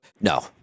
No